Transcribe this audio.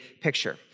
picture